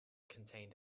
contained